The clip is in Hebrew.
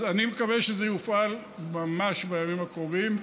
אז אני מקווה שזה יופעל ממש בימים הקרובים.